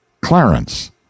Clarence